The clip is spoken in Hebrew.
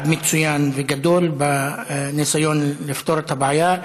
מצוין וגדול בניסיון לפתור את הבעיה.